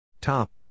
Top